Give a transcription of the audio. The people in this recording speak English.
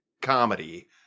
comedy